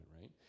right